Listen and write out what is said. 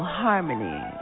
harmony